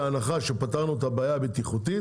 בהנחה שפתרנו את הבעיה הבטיחותית,